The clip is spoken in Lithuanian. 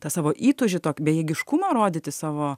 tą savo įtūžį tokį bejėgiškumą rodyti savo